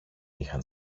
είχαν